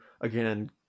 again